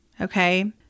okay